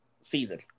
season